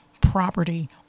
property